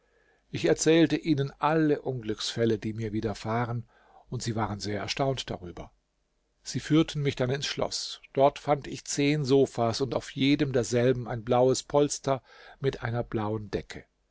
ich erzählte ihnen alle unglücksfälle die mir widerfahren und sie waren sehr erstaunt darüber sie führten mich dann ins schloß dort fand ich zehn sofas und auf jedem derselben ein blaues polster mit einer blauen decke